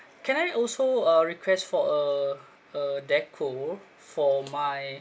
can I also uh request for a a deco for my